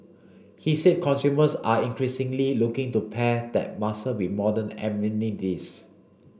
he said consumers are increasingly looking to pair that muscle with modern amenities